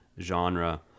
genre